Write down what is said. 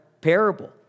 parable